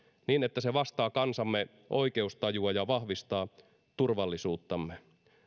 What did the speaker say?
niin että se vastaa kansamme oikeustajua ja vahvistaa turvallisuuttamme